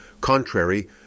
contrary